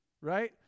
Right